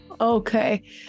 Okay